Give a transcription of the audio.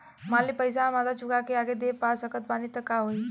मान ली पईसा हम आधा चुका के आगे न दे पा सकत बानी त का होई?